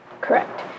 Correct